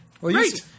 Great